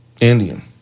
Indian